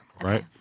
right